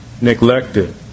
neglected